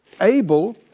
Abel